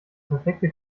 perfekte